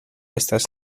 estas